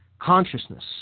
consciousness